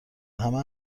همه